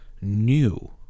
new